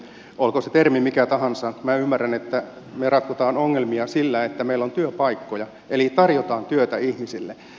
olkoon se termi mikä tahansa minä ymmärrän että me ratkomme ongelmia sillä että meillä on työpaikkoja eli tarjotaan työtä ihmisille